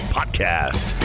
Podcast